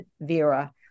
Vera